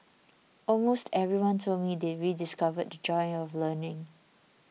almost everyone told me they rediscovered the joy of learning